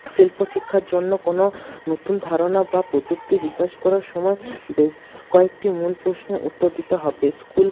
শিল্প শিক্ষার জন্য কোনো নতুন ধারণা বা প্রযুক্তির বিকাশ করার সময় বেশ কয়েকটি মূল প্রশ্নের উত্তর দিতে হবে স্কুল